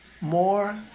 more